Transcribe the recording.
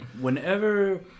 whenever